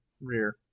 rear